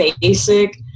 basic